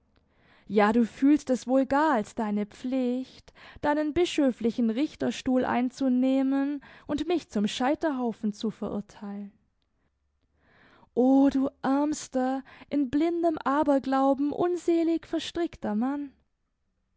ja du fühlst es wohl gar als deine pflicht deinen bischöflichen richterstuhl einzunehmen und mich zum scheiterhaufen zu verurteilen o du ärmster in blindem aberglauben unselig verstrickter mann